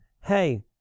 hey